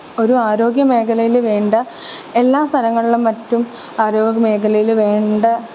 ഒരു ആരോഗ്യമേഖലയിൽ വേണ്ട എല്ലാ സ്ഥലങ്ങളിലും മറ്റും ആരോഗ്യമേഖലയിൽ വേണ്ട